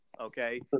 Okay